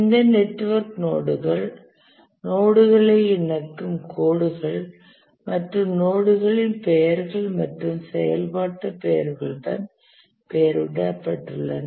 இந்த நெட்வொர்க் நோடுகள் நோடுகளை இணைக்கும் கோடுகள் மற்றும் நோடுகளின் பெயர்கள் மற்றும் செயல்பாட்டு பெயர்களுடன் பெயரிடப்பட்டுள்ளன